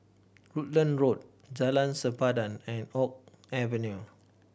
Rutland Road Jalan Sempadan and Oak Avenue